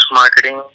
marketing